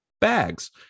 bags